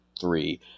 three